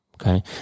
Okay